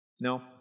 No